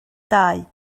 dau